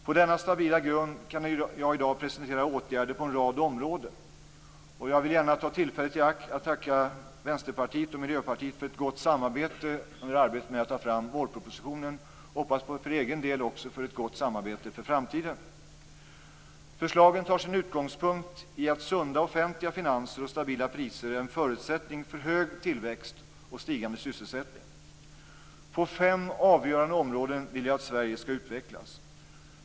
På denna stabila grund kan jag i dag presentera åtgärder på en rad områden. Jag vill gärna ta tillfället i akt att tacka Vänsterpartiet och Miljöpartiet för ett gott samarbete under arbetet med att ta fram vårpropositionen och hoppas för egen del också på ett gott samarbete för framtiden. Förslagen tar sin utgångspunkt i att sunda offentliga finanser och stabila priser är en förutsättning för hög tillväxt och stigande sysselsättning. På fem avgörande områden vill jag att Sverige skall utvecklas.